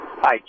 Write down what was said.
Hi